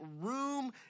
room